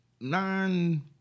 nine